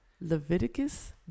Leviticus